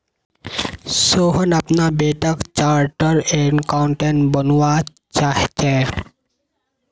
सोहन अपना बेटाक chartered accountant बनवा चाह्चेय